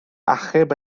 achub